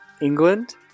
England